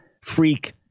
freak